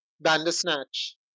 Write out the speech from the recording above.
Bandersnatch